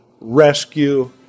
rescue